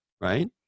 right